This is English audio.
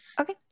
Okay